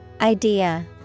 Idea